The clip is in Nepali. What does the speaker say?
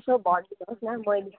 यसो भनिदिनुहोस् न मैले